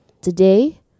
Today